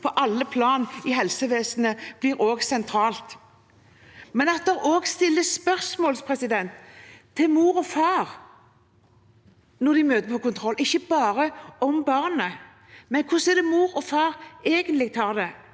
på alle plan i helsevesenet blir sentralt. Det må også stilles spørsmål til mor og far når de møter til kontroll, ikke bare om barnet, men om hvordan mor og far egentlig tar det.